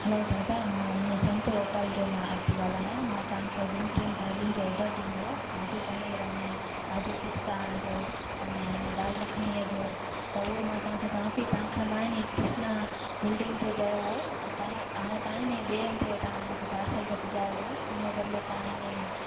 hello दादा मां अने संत होटल जे मां थी ॻाल्हायां मां तव्हांखे ॿिनि टिनि भाॼीयुनि जो ऑडर ॾिनो हुओ काजू पनीर अनि काजू पिस्ता जो अने दालि मखनीअ जो त हूअ मां तव्हांखे चवा पर तव्हांखे मां इन कृष्णा बिल्डिंग जो चयो हो अता हाणे तव्हां ई नी ॿिए हंधि तव्हां इन पार्सल खे पुजाइजो इन बदिले तव्हां इन